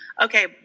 okay